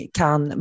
kan